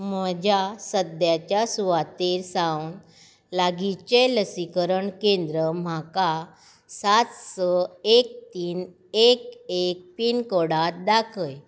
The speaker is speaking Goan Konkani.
म्हज्या सद्याच्या सुवातेर सावन लागींचें लसीकरण केंद्र म्हाका सात स एक तीन एक एक पिनकोडांत दाखय